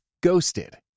Ghosted